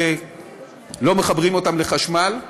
שלא מחברים אותם לחשמל,